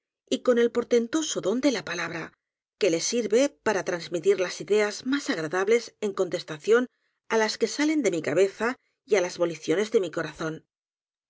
y con el portentoso don de la palabra que le sirve para transmitir las ideas más agradables en con testación á las que salen de mi cabeza y á las voli ciones de mi corazón